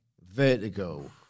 Vertigo